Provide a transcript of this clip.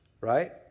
right